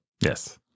Yes